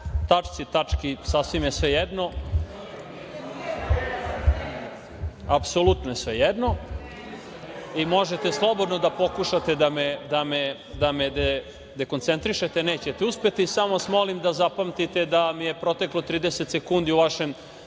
Tački.)Tačci, tački, sasvim je svejedno, apsolutno je svejedno i možete slobodno da pokušate da me dekoncentrišete, nećete uspeti, ali vas molim da zapamtite da mi je proteklo 30 sekundi u vašem